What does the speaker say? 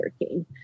working